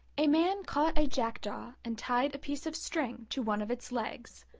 a man caught a jackdaw and tied a piece of string to one of its legs,